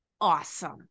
awesome